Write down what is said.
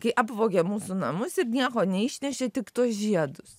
kai apvogė mūsų namus ir nieko neišnešė tik tuos žiedus